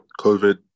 COVID